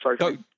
Sorry